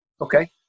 Okay